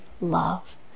love